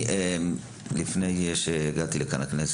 לפני שהגעתי לכאן לכנסת,